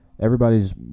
Everybody's